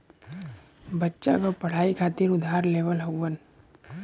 बच्चा क पढ़ाई खातिर उधार लेवल हउवन